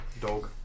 Dog